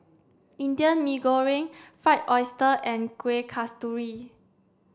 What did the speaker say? Indian Mee Goreng fried oyster and Kuih Kasturi